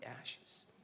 ashes